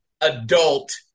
adult